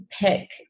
pick